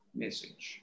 message